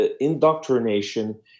indoctrination